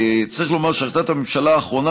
צריך לומר שהחלטת הממשלה האחרונה